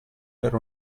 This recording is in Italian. per